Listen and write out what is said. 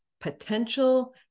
potential